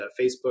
Facebook